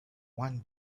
one